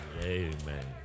amen